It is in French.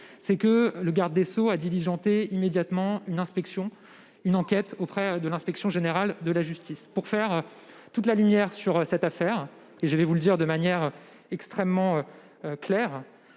que le garde des sceaux a immédiatement diligenté une enquête auprès de l'inspection générale de la justice pour faire toute la lumière sur cette affaire. Je vous le dis de manière extrêmement claire